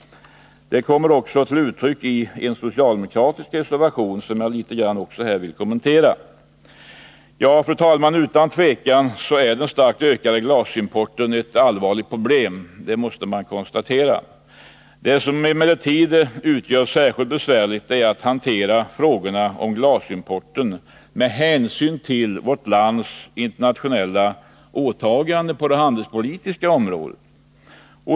Det kommer också till uttryck i en socialdemokratisk reservation, som jag vill kommentera. Fru talman! Utan tvivel är den starkt ökande glasimporten ett allvarligt problem. Vad som emellertid gör det särskilt besvärligt att hantera frågorna om glasimporten är vårt lands internationella åtaganden på det handelspolitiska området.